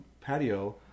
patio